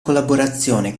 collaborazione